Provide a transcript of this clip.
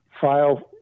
file